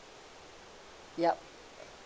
yup